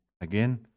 again